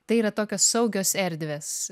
tai yra tokios saugios erdvės